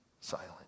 silent